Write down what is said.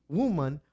woman